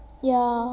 ya